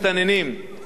אני אומר להם: סליחה,